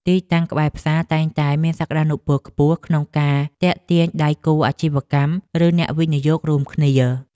ទីតាំងក្បែរផ្សារតែងតែមានសក្តានុពលខ្ពស់ក្នុងការទាក់ទាញដៃគូអាជីវកម្មឬអ្នកវិនិយោគរួមគ្នា។